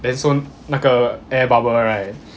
then so 那个 air bubble right